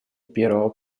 первого